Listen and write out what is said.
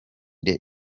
the